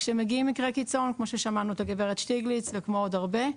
כשמגיעים מקרי קיצון כמו ששמענו את הגב' שטיגליץ וכמו עוד הרבה,